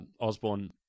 Osborne